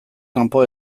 kanpo